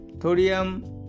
thorium